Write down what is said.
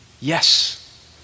Yes